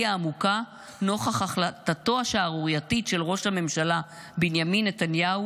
העמוקה נוכח החלטתו השערורייתית של ראש הממשלה בנימין נתניהו